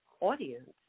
audience